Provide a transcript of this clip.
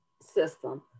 system